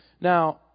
Now